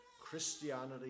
Christianity